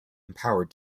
empowered